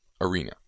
arena